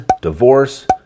divorce